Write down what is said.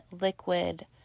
liquid